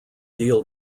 deal